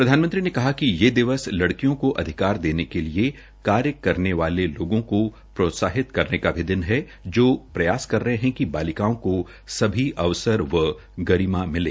प्रधानमंत्री ने कहा कि ये दिवस लड़कियों का अधिकार देने के लिए कार्य करने वाले लोगों को प्रोत्साहित करने का भी दिन है जो प्रयास कर है कि बालिकाओं को सभी अवसर व गरिमा मिलें